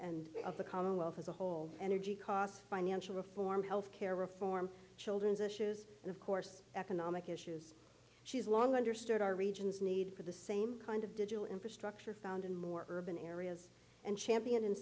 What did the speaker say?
of the commonwealth as a whole energy costs financial reform health care reform children's issues and of course economic issues she's long understood our region's need for the same kind of digital infrastructure found in more urban areas and champion and